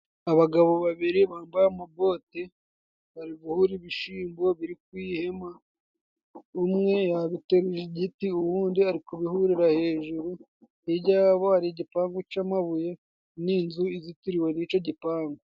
Abagabo babiri bambaye amabote bari guhura ibishimbo biri ku ihema, umwe yabiteruje igiti, uwundi arikubihurira hejuru, hirya ya bo hari igipanpu c'amabuye n'inzu izitiriwe n'ico gipangu.